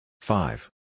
Five